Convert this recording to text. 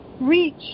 reach